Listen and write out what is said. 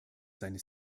seine